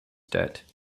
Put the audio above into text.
debt